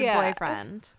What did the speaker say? boyfriend